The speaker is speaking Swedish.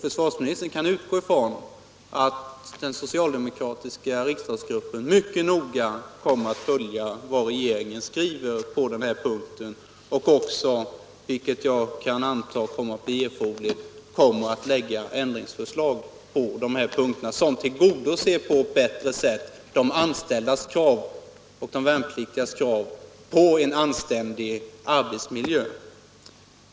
Försvarsministern kan utgå ifrån att den socialdemokratiska riksdagsgruppen mycket noga kommer att följa vad regeringen skriver på den här punkten och — det antar jag kommer att bli nödvändigt — framlägga ändringsförslag som på ett bättre sätt tillgodoser de anställdas och de värnpliktigas krav på en anständig arbetsmiljö.